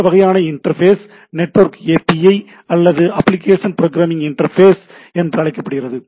இந்த வகையான interface network API அல்லது அப்ளிகேஷன் புரோகிராம் இன்டர்பேஸ் என்று அழைக்கப்படுகிறது